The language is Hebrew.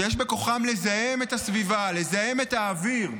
שיש בכוחם לזהם את הסביבה, לזהם את האוויר,